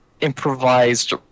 improvised